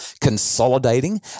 consolidating